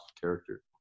character